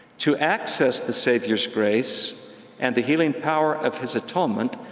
to access the savior's grace and the healing power of his atonement,